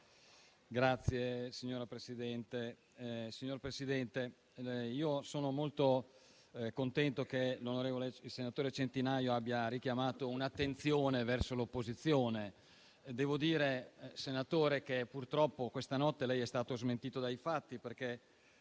finestra") *(PD-IDP)*. Signor Presidente, sono molto contento che il senatore Centinaio abbia richiamato un'attenzione verso l'opposizione. Devo dire, senatore, che purtroppo questa notte lei è stato smentito dai fatti.